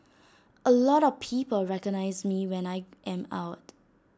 A lot of people recognise me when I am out